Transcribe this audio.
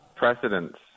precedents